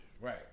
Right